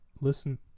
listen